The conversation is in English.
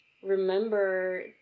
remember